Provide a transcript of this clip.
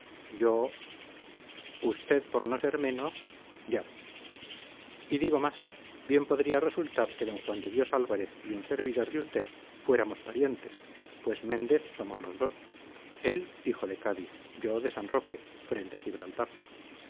yo usted por no ser menos ya y digo más bien podría resultar que d juan de dios álvarez y un servidor de usted fuéramos parientes pues méndez somos los dos él hijo de cádiz yo de san roque frente a gibraltar